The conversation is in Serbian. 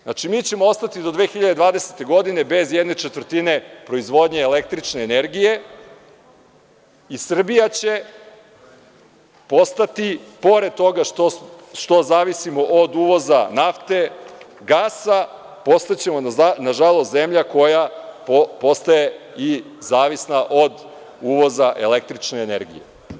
Znači, mi ćemo ostati do 2020. godine bez jedne četvrtine proizvodnje električne energije i Srbija će postati, pored toga što zavisimo od uvoza nafte, gasa, postaćemo nažalost zemlja koja postaje i zavisna od uvoza električne energije.